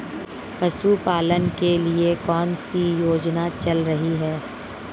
पशुपालन के लिए कौन सी योजना चल रही है?